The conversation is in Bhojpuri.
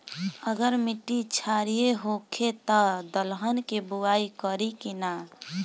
अगर मिट्टी क्षारीय होखे त दलहन के बुआई करी की न?